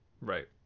right